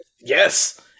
yes